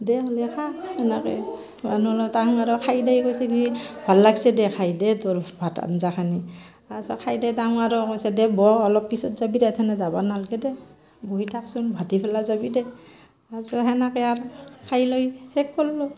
দে হ'লে খা সেনেকে বনলোঁ তাহোন আৰু খাই দেই কৈছে কি ভাল লাগছে দে খাই দে তোৰ ভাত আঞ্জাখিনি তাৰপিছত খাই দেই তাহোন আৰু কৈছে দে বহ অলপ পিছত যাবি দে এথেনে যাব নালগে দে বহি থাকচোন ভাটিবেলা যাবি দে তাৰপিছত সেনেকৈ আৰু খাই লৈ শেষ কৰলোঁ